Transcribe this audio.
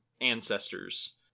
ancestors